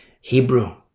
Hebrew